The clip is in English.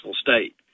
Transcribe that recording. State